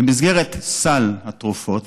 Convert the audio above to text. במסגרת סל התרופות